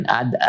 add